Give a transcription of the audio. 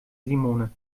simone